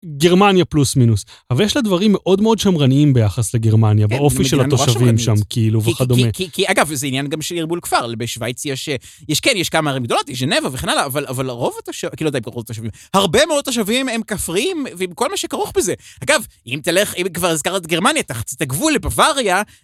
גרמניה פלוס מינוס אבל יש לה דברים מאוד מאוד שמרניים ביחס לגרמניה באופי של התושבים שם כאילו וכדומה. אגב זה עניין גם של ערבול כפר בשוויץ יש כן יש כמה ערים גדולות יש ג'נבה וכן הלאה אבל רוב התושבים הרבה מאוד תושבים הם כפריים ועם כל מה שכרוך בזה אגב אם תלך אם כבר הזכרת גרמניה תחצה את הגבול לבווריה.